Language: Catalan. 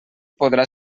podrà